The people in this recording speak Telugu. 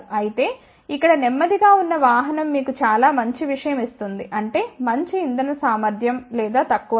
అయితే ఇక్కడ నెమ్మదిగా ఉన్న వాహనం మీకు చాలా మంచి విషయం ఇస్తుంది అంటే మంచి ఇంధన సామర్థ్యం లేదా తక్కువ ధర